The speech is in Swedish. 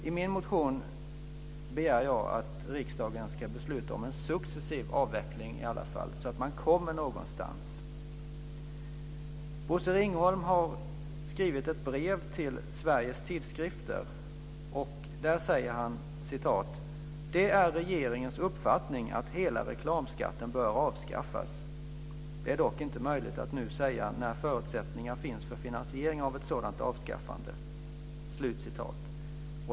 I min motion begär jag att riksdagen i alla fall ska besluta om en successiv avveckling, så att man kommer någonstans. Bosse Ringholm har skrivit ett brev till Sveriges Tidskrifter. Där säger han: "Det är regeringens uppfattning att hela reklamskatten bör avskaffas. Det är dock inte möjligt att nu säga när förutsättningar finns för finansiering av ett sådant avskaffande."